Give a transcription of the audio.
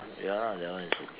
ya lah that one is okay